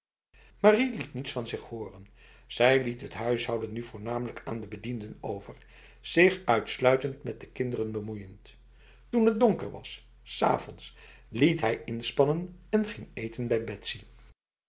marie liet niets van zich horen zij liet het huishouden nu voornamelijk aan de bedienden over zich uitsluitend met de kinderen bemoeiend toen het donker was s avonds liet hij inspannen en ging eten bij betsy